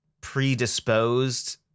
predisposed